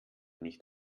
nicht